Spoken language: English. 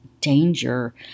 danger